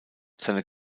seine